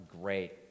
great